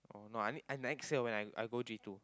oh no I need I next year when I I go J two